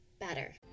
better